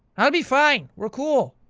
i'll be fine. we're cool.